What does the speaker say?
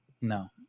No